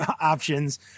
options